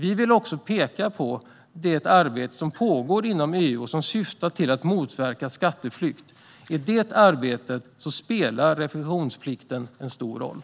Vi vill också peka på det arbete som pågår inom EU och som syftar till att motverka skatteflykt. I det arbetet spelar revisionsplikten en stor roll.